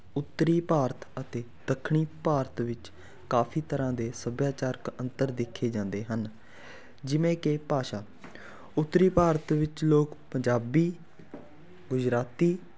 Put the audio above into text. ਉੱਤਰੀ ਭਾਰਤ ਅਤੇ ਦੱਖਣੀ ਭਾਰਤ ਵਿੱਚ ਕਾਫੀ ਤਰ੍ਹਾਂ ਦੇ ਸੱਭਿਆਚਾਰਕ ਅੰਤਰ ਦੇਖੇ ਜਾਂਦੇ ਹਨ ਜਿਵੇਂ ਕਿ ਭਾਸ਼ਾ ਉੱਤਰੀ ਭਾਰਤ ਵਿੱਚ ਲੋਕ ਪੰਜਾਬੀ ਗੁਜਰਾਤੀ